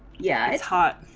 yeah is hot.